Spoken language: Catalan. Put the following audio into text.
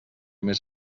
més